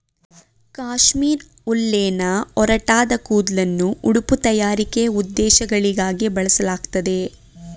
ಕಾಶ್ಮೀರ್ ಉಲ್ಲೆನ್ನ ಒರಟಾದ ಕೂದ್ಲನ್ನು ಉಡುಪು ತಯಾರಿಕೆ ಉದ್ದೇಶಗಳಿಗಾಗಿ ಬಳಸಲಾಗ್ತದೆ